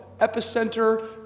epicenter